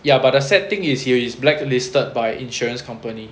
ya but the sad thing is you is blacklisted by insurance company